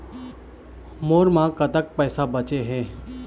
मोर म कतक पैसा बचे हे?